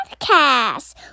podcast